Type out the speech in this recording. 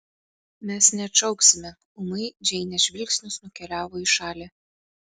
mes neatšauksime ūmai džeinės žvilgsnis nukeliavo į šalį